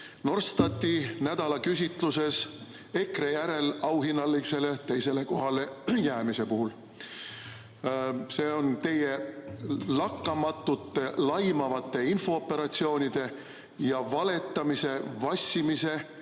Norstati nädala küsitluses EKRE järel auhinnalisele teisele kohale jäämise puhul. See on teie lakkamatute laimavate infooperatsioonide ja valetamise, vassimise